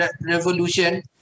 revolution